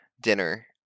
dinner